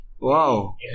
Wow